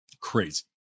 Crazy